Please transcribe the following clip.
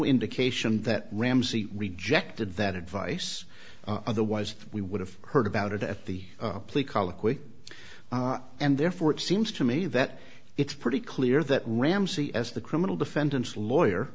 indication that ramsey rejected that advice otherwise we would have heard about it at the plea colloquy and therefore it seems to me that it's pretty clear that ramsi as the criminal defendants lawyer